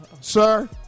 Sir